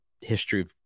history